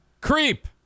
Creep